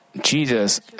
Jesus